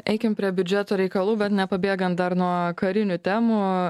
eikim prie biudžeto reikalų bet nepabėgant dar nuo karinių temų